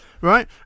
right